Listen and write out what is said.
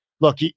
Look